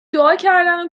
دعاکردن